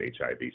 HIV